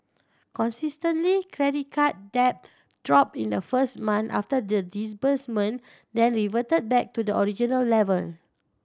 consistently credit card debt dropped in the first months after the disbursement then reverted back to the original level